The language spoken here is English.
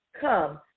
come